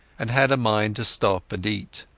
and had a mind to stop and eat.